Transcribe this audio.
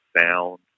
sound